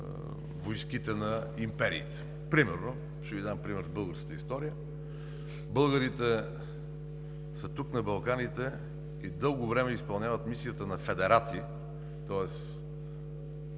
войските на империите. Ще Ви дам пример от българската история: българите са на Балканите и дълго време изпълняват мисията на федерати, тоест